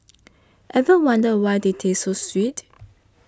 ever wondered why they taste so sweet